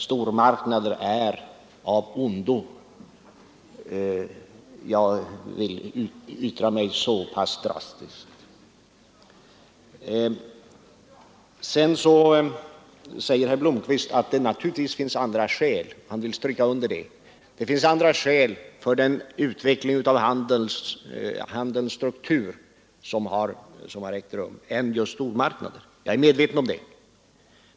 Stormarknader är i stort sett av ondo — jag vill yttra mig så pass drastiskt. Så vill herr Blomkvist stryka under att det naturligtvis finns andra orsaker till den utveckling av handelns struktur som har ägt rum än just stormarknader. Jag är medveten om det.